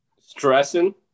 Stressing